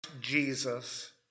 Jesus